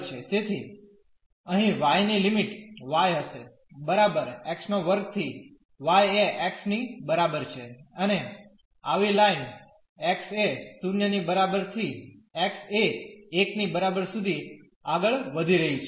તેથી અહીં y ની લિમિટ y હશે બરાબર x2 થી y એ x ની બરાબર છે અને આવી લાઇન x એ 0 ની બરાબર થી x એ 1 ની બરાબર સુધી આગળ વધી રહી છે